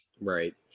Right